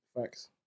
facts